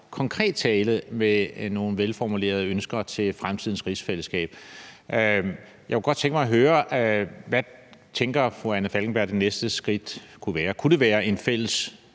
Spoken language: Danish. konkret tale med nogle velformulerede ønsker til fremtidens rigsfællesskab. Jeg kunne godt tænke mig at høre, hvad fru Anna Falkenberg tænker at det næste skridt kunne være. Kunne det være, at der